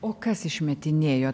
o kas išmetinėjo